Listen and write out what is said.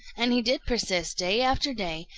and he did persist day after day,